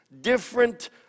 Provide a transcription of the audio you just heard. Different